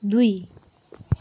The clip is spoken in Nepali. दुई